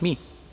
Mi.